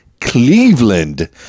Cleveland